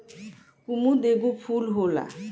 कुमुद एगो फूल होला